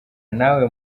nawe